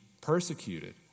persecuted